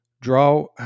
draw